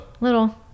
Little